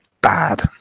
bad